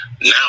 Now